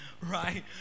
right